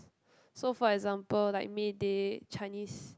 so for example like Mayday Chinese